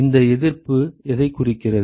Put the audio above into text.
இந்த எதிர்ப்பு எதைக் குறிக்கிறது